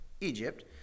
Egypt